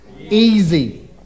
easy